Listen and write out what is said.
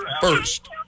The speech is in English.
first